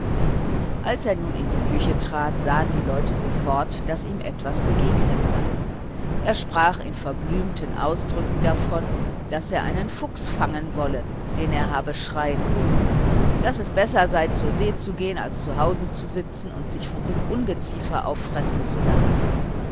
als er nun in die küche trat sahen die leute sofort daß ihm etwas begegnet sei er sprach in verblümten ausdrücken davon daß er einen fuchs fangen wolle den er habe schreien hören daß es besser sei zur see zu gehen als zu hause zu sitzen und sich von dem ungeziefer auffressen zu lassen